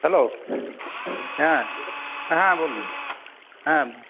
hello হ্যাঁ হ্যাঁ বলুন হ্যাঁ